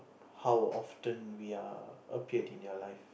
how often we are appeared in their life